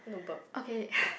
I want to burp